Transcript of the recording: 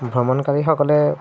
ভ্ৰমণকাৰীসকলে